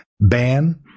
ban